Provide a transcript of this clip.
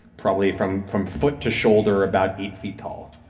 probably from from foot to shoulder, about eight feet tall.